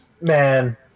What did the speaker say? man